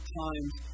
times